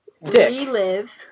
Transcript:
relive